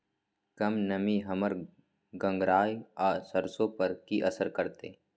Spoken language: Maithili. कम नमी हमर गंगराय आ सरसो पर की असर करतै?